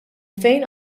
fejn